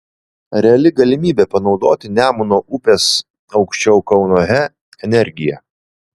reali galimybė panaudoti nemuno upės aukščiau kauno he energiją